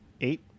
Eight